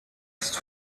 ist